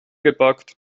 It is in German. geparkt